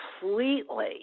completely